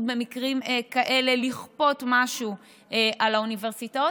במקרים כאלה לכפות משהו על האוניברסיטאות.